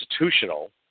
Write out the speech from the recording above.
institutional